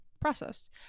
processed